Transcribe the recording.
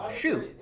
shoot